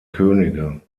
könige